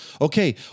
Okay